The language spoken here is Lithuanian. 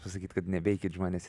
pasakyt kad nebeikit žmonės